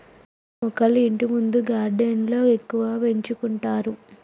pansy మొక్కలు ఇంటిముందు గార్డెన్లో ఎక్కువగా పెంచుకుంటారు